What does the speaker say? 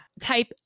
Type